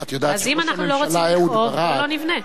אז אם אנחנו לא רוצים לכאוב, בואו לא נבנה.